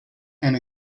and